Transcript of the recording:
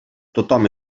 tothom